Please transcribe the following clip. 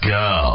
go